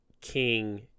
king